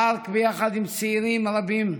מרק, יחד עם צעירים רבים,